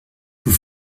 vous